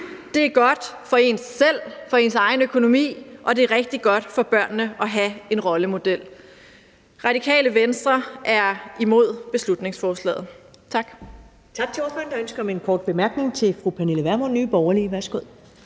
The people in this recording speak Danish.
Det er godt for en selv, for ens egen økonomi, og det er rigtig godt for børnene at have en rollemodel. Radikale Venstre er imod beslutningsforslaget. Tak.